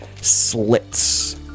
slits